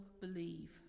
believe